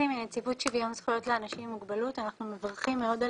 כאזרחי המדינה אנחנו מברכים על